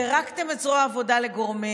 פירקתם את זרוע העבודה לגורמים.